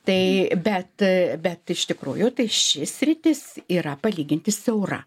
tai bet bet iš tikrųjų tai ši sritis yra palyginti siaura